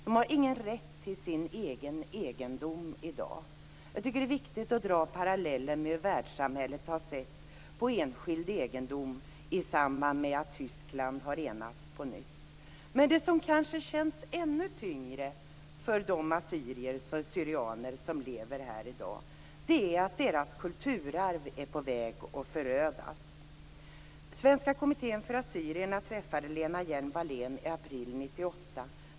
De har ingen rätt till sin egendom i dag. Jag tycker att det är viktigt att dra parallellen med hur världssamhället har sett på enskild egendom i samband med att Tyskland har enats på nytt. Men det som kanske känns ännu tyngre för de assyrier/syrianer som lever här i dag är att deras kulturarv är på väg att förödas. Svenska kommittén för assyrierna träffade Lena Hjelm-Wallén i april 1998.